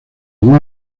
igual